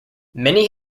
many